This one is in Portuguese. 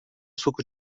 suco